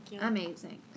Amazing